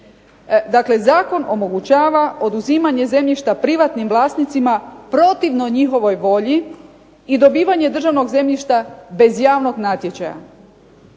Dakle, zakon omogućava oduzimanje zemljišta privatnim vlasnicima protivno njihovoj volji i dobivanje državnog zemljišta bez javnog natječaja.